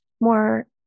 more